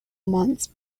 months